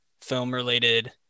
film-related